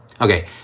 Okay